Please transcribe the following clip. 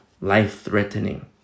Life-threatening